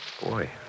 Boy